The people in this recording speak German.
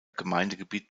gemeindegebiet